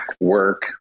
work